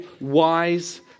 wise